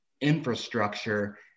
infrastructure